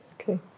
Okay